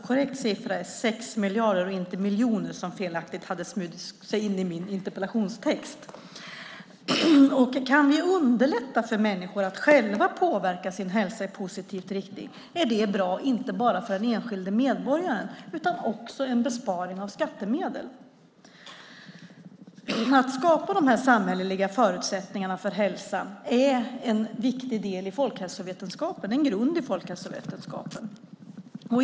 Korrekt siffra är 6 miljarder och inte miljoner som felaktigt hade smugit sig in i min interpellationstext. Kan vi underlätta för människor att själva påverka sin hälsa i positiv riktning är det bra inte bara för den enskilde medborgaren utan innebär också en besparing av skattemedel. Att skapa de samhälleliga förutsättningarna för hälsa är en viktig del och grund i folkhälsovetenskapen.